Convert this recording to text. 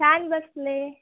छान बसले